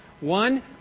One